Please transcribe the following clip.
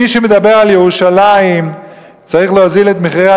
מי שמדבר על ירושלים צריך להוזיל את מחירי